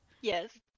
Yes